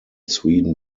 sweden